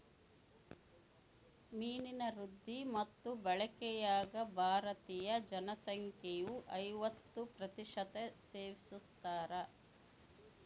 ಮೀನಿನ ವೃದ್ಧಿ ಮತ್ತು ಬಳಕೆಯಾಗ ಭಾರತೀದ ಜನಸಂಖ್ಯೆಯು ಐವತ್ತು ಪ್ರತಿಶತ ಸೇವಿಸ್ತಾರ